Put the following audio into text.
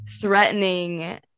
threatening